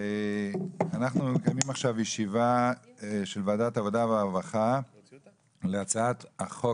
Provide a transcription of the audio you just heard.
אנחנו מקיימים עכשיו ישיבה של ועדת העבודה והרווחה להצעת חוק